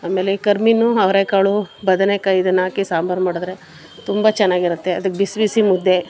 ಆಮೇಲೆ ಕರಿ ಮೀನು ಅವರೇ ಕಾಳು ಬದನೆಕಾಯಿ ಇದನ್ನಾಕಿ ಸಾಂಬಾರು ಮಾಡಿದ್ರೆ ತುಂಬ ಚೆನ್ನಾಗಿರುತ್ತೆ ಅದಕ್ಕೆ ಬಿಸಿ ಬಿಸಿ ಮುದ್ದೆ